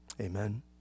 Amen